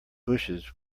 bushes